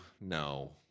no